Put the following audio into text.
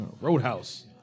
roadhouse